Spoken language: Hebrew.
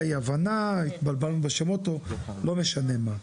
אי הבנה התבלבלנו בשמות או לא משנה מה.